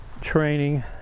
training